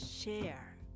share